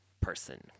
person